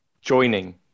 joining